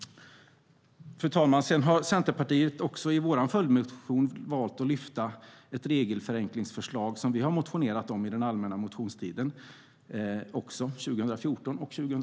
Fru talman! Vi i Centerpartiet har i vår följdmotion valt att lyfta fram ett regelförenklingsförslag som vi motionerat om under den allmänna motionstiden 2014 och 2015.